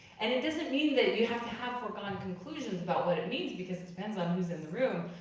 and it doesn't mean that you have to have foregone conclusions about what it means because it depends on who's in the room,